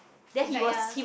it's like ya